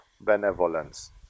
benevolence